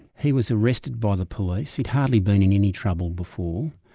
he was arrested by the police, he'd hardly been in any trouble before,